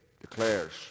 declares